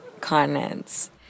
continents